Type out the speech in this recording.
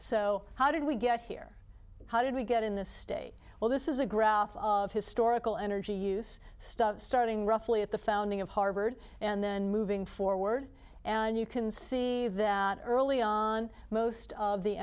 so how did we get here how did we get in this state well this is a graph of historical energy use stuff starting roughly at the founding of harvard and then moving forward and you can see that early on most of the